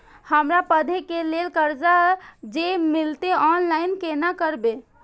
हमरा पढ़े के लेल कर्जा जे मिलते ऑनलाइन केना करबे?